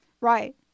right